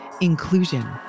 Inclusion